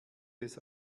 des